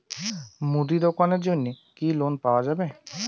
মুদি দোকানের জন্যে কি লোন পাওয়া যাবে?